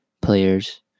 players